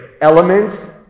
elements